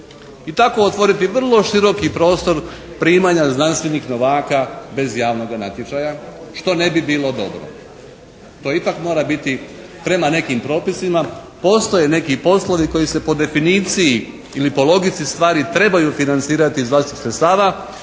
i tako otvoriti vrlo široki prostor primanja znanstvenih novaka bez javnoga natječaja, što ne bi bilo dobro. To ipak mora biti prema nekim propisima. Postoje neki poslovi koji se po definiciji ili po logici stvari trebaju financirati iz vlastitih sredstava.